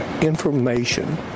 information